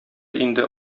инде